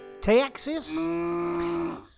Texas